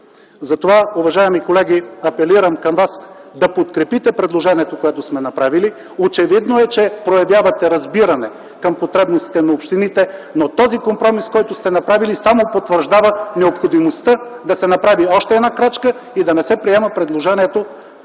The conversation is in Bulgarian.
Затова уважаеми колеги, апелирам към вас да подкрепите предложението, което сме направили. Очевидно е, че проявявате разбиране към потребностите на общините, но този компромис, който сте направили, само потвърждава необходимостта да се направи още една крачка и да не се приема предложението